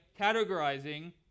categorizing